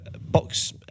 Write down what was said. box